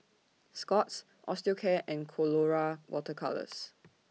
Scott's Osteocare and Colora Water Colours